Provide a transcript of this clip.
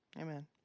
Amen